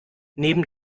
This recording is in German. neben